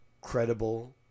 credible